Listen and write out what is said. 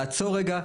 לעצור רגע,